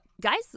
guys